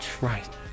Right